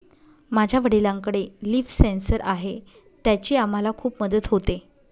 माझ्या वडिलांकडे leaf sensor आहे त्याची आम्हाला खूप मदत होते